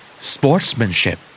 Sportsmanship